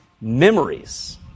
memories